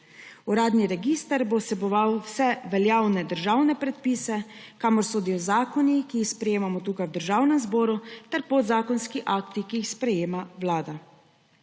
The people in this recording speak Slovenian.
Uradni register bo vseboval vse veljavne državne predpise, kamor sodijo zakoni, ki jih sprejemamo v Državnem zboru, ter podzakonski akti, ki jih sprejema Vlada.